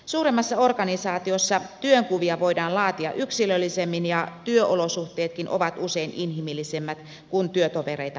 suuremmassa organisaatiossa työnkuvia voidaan laatia yksilöllisemmin ja työolosuhteetkin ovat usein inhimillisemmät kun työtovereita on enemmän